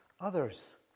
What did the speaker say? others